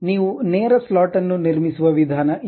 ನೀವು ನೇರ ಸ್ಲಾಟ್ ಅನ್ನು ನಿರ್ಮಿಸುವ ವಿಧಾನ ಇದು